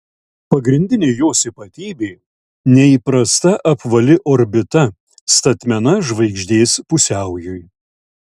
pagrindinė jos ypatybė neįprasta apvali orbita statmena žvaigždės pusiaujui